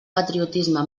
patriotisme